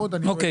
אוקיי.